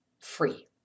free